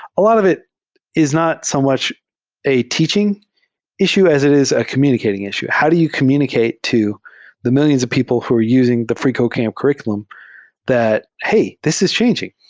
a lot of it is not so much a teaching issue as it is a communicating issue. how do you communicate to the mil lions of people who are using the freecodecamp curr iculum that, hey! this is changing.